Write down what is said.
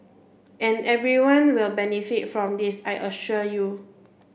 and everyone will benefit from this I assure you